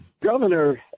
Governor